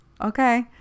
Okay